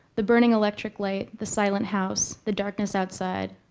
the burning electric light, the silent house, the darkness outside,